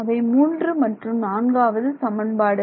அவை மூன்று மற்றும் நான்காவது சமன்பாடுகள்